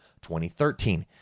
2013